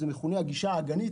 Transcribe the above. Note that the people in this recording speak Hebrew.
זה מכונה "הגישה האגנית".